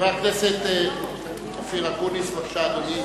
בבקשה, אדוני.